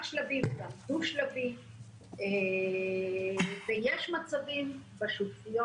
שלבי וגם דו שלבי ויש מצבים בשותפויות,